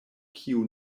kiu